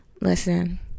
Listen